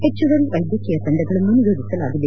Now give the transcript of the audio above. ಹೆಚ್ಚುವರಿ ವೈದ್ಯಕೀಯ ತಂಡಗಳನ್ನು ನಿಯೋಜಿಸಲಾಗಿದೆ